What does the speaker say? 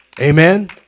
Amen